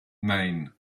nein